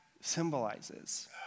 symbolizes